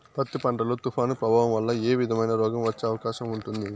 పత్తి పంట లో, తుఫాను ప్రభావం వల్ల ఏ విధమైన రోగం వచ్చే అవకాశం ఉంటుంది?